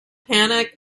panic